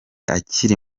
akiri